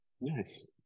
Nice